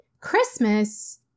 Christmas